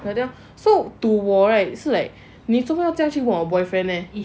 so to 我 right 是 like 你做么去问我 boyfriend leh